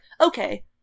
okay